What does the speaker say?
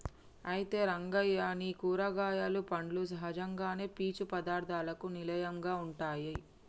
అయితే రంగయ్య నీ కూరగాయలు పండ్లు సహజంగానే పీచు పదార్థాలకు నిలయంగా ఉంటాయి